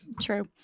True